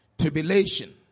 tribulation